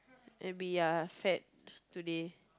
and be ya fat today